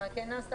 מה כן נעשה?